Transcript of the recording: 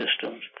systems